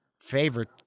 favorite